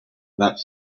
that